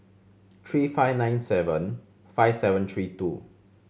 three five nine seven five seven three two